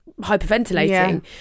hyperventilating